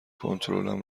کنترلم